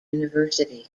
university